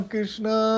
Krishna